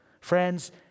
Friends